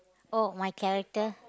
oh my character